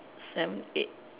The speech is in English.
seven eight